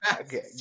Okay